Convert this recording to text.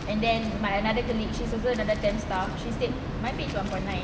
and then my another colleagues she also another temp staff she said my pay is one point nine